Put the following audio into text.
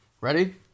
Ready